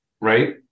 right